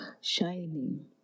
Shining